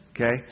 Okay